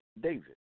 David